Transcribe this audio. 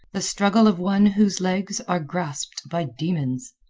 the struggle of one whose legs are grasped by demons.